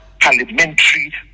parliamentary